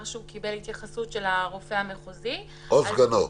שהוא קיבל התייחסות של הרופא המחוזי -- או סגנו.